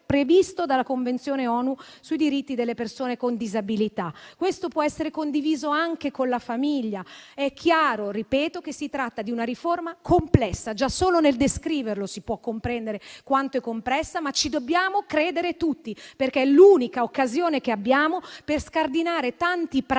previsto dalla Convenzione ONU sui diritti delle persone con disabilità. Questo può essere condiviso anche con la famiglia. È chiaro, ripeto, che si tratta di una riforma complessa. Già solo nel descriverla si può comprendere quanto è complessa, ma ci dobbiamo credere tutti, perché è l'unica occasione che abbiamo per scardinare tante prassi